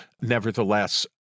nevertheless